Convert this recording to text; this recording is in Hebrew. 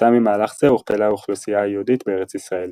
- כתוצאה ממהלך זה הוכפלה האוכלוסייה היהודית בארץ ישראל.